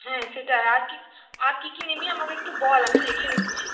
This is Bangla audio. হ্যাঁ সেটাই আর কি আর কি কি নিবি আমাকে একটু বল আমি লিখে নিচ্ছি